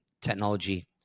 technology